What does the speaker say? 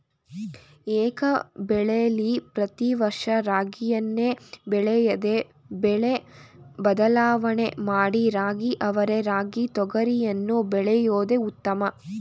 ಏಕಬೆಳೆಲಿ ಪ್ರತಿ ವರ್ಷ ರಾಗಿಯನ್ನೇ ಬೆಳೆಯದೆ ಬೆಳೆ ಬದಲಾವಣೆ ಮಾಡಿ ರಾಗಿ ಅವರೆ ರಾಗಿ ತೊಗರಿಯನ್ನು ಬೆಳೆಯೋದು ಉತ್ತಮ